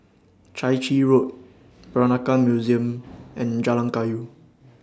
Chai Chee Road Peranakan Museum and Jalan Kayu